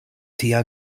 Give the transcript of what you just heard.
tia